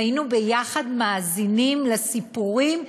והיינו יחד מאזינים לסיפורים,